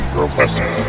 Professor